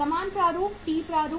समान प्रारूप टी प्रारूप